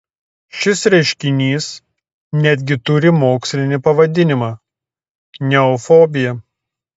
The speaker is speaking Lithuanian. šis reiškinys netgi turi mokslinį pavadinimą neofobija